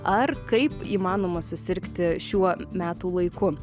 ar kaip įmanoma susirgti šiuo metų laiku